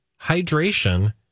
hydration